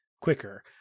quicker